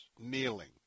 kneeling